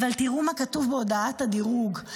אבל תראו מה כתוב בהודעת הדירוג,